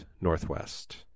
Northwest